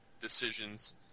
decisions